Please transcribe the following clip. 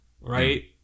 right